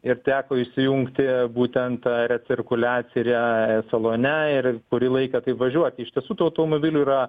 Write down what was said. ir teko įsijungti būtent recirkuliacirią salone ir kurį laiką taip važiuoti iš tiesų tų automobilių yra